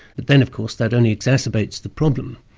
but then of course that only exacerbates the problem,